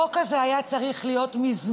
החוק הזה היה צריך להיות מזמן.